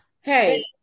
hey